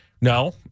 No